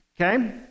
Okay